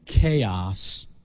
chaos